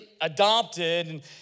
adopted